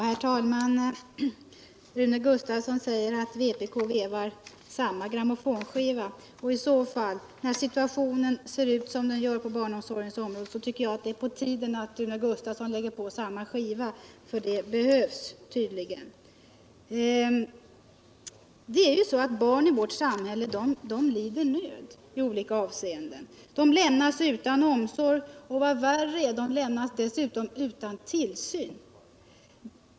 Herr talman! Socialministern säger att vpk spelar samma grammofonskiva. När situationen är som den är på barnomsorgens område tycker jag att det är på tiden att Rune Gustavsson lägger på samma skiva, för det behövs tydligen. Barn i vårt samhälle lider nöd i olika avseenden. De lämnas utan omsorg, och värre är att de lämnas utan tillsyn.